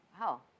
Wow